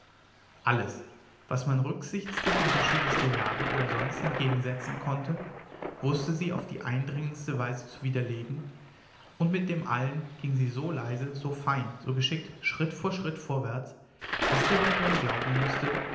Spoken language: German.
alles was man rücksichts des unterschieds der jahre oder sonst entgegensetzen konnte wußte sie auf die eindringendste weise zu widerlegen und mit dem allen ging sie so leise so fein so geschickt schritt vor schritt vorwärts daß der baron glauben mußte